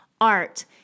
art